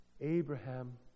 Abraham